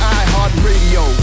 iHeartRadio